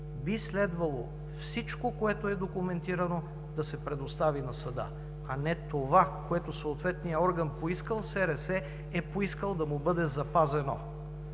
би следвало всичко, което е документирано, да се предостави на съда, а не това, което съответният орган, поискал СРС, е поискал да му бъде запазено?